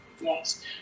Yes